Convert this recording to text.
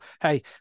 hey